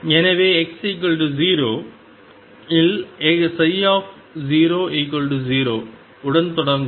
எனவே x0 இல் 00 உடன் தொடங்கவும்